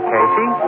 Casey